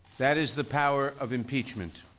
that is the power of impeachment.